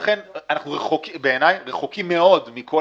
ולכן בעיני אנחנו רחוקים מאוד מכל